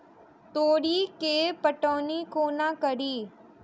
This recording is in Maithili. तोरी केँ पटौनी कोना कड़ी?